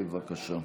בבקשה.